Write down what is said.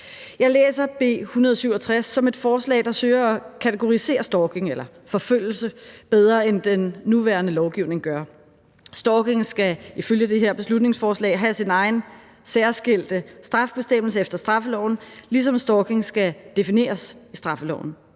Jeg læser B 167 som et forslag, der søger at kategorisere stalking eller forfølgelse bedre, end den nuværende lovgivning gør. Stalking skal ifølge det her beslutningsforslag have sin egen særskilte straffebestemmelse efter straffeloven, ligesom stalking skal defineres i straffeloven.